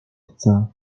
chcę